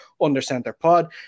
UndercenterPod